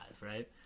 right